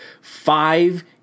five